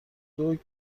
دوگ